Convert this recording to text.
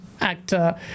actor